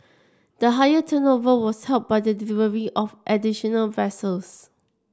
the higher turnover was helped by the delivery of additional vessels